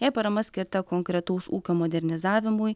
jei parama skirta konkretaus ūkio modernizavimui